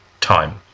time